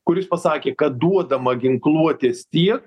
kuris pasakė kad duodama ginkluotės tiek